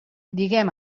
diguem